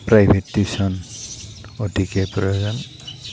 private tuition অতিকৈ প্ৰয়োজন